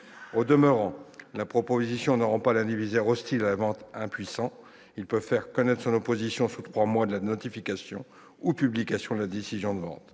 Au demeurant, la proposition de loi ne rend pas impuissant l'indivisaire hostile à la vente ; ce dernier peut faire connaître son opposition sous trois mois de la notification ou publication de la décision de vente.